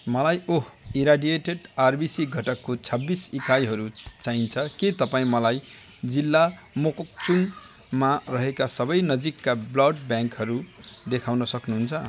मलाई oh irradiated RBC घटकको छब्बिस एकाइहरू चाहिन्छ के तपाईँँ मलाई जिल्ला मोकोक्चुङमा रहेको सबै नजिकका ब्लड ब्याङ्कहरू देखाउन सक्नुहुन्छ